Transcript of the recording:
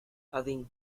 один